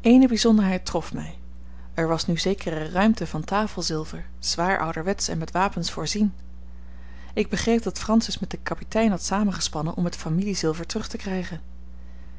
eene bijzonderheid trof mij er was nu zekere ruimte van tafelzilver zwaar ouderwetsch en met wapens voorzien ik begreep dat francis met den kapitein had samengespannen om het familiezilver terug te krijgen